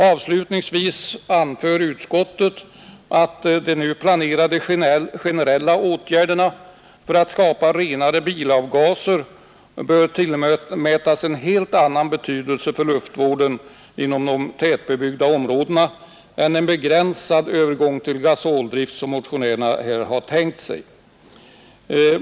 Avslutningsvis anför utskottet att de nu planerade generella åtgärderna för att skapa renare bilavgaser bör tillmätas en helt annan betydelse för luftvården inom de tätbebyggda områdena än en begränsad övergång till gasoldrift som motionärerna tänkt sig.